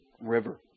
River